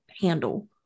handle